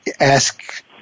ask